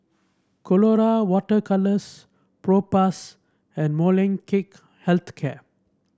Colora Water Colours Propass and Molnylcke Health Care